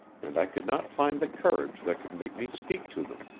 and i could not find the courage that could make me speak to them.